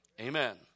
Amen